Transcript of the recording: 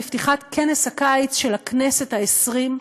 בפתיחת כנס הקיץ של הכנסת העשרים,